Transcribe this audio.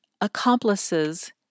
accomplices